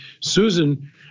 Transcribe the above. Susan